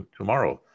tomorrow